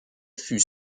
fut